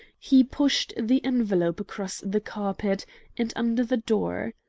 he pushed the envelope across the carpet and under the door.